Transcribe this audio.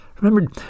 remember